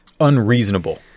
unreasonable